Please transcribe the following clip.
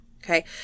Okay